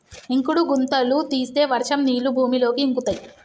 ఇంకుడు గుంతలు తీస్తే వర్షం నీళ్లు భూమిలోకి ఇంకుతయ్